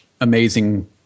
amazing